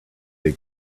big